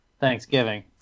Thanksgiving